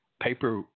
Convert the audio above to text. Paper